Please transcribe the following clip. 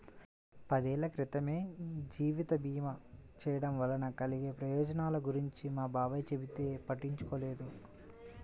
పదేళ్ళ క్రితమే జీవిత భీమా చేయడం వలన కలిగే ప్రయోజనాల గురించి మా బాబాయ్ చెబితే పట్టించుకోలేదు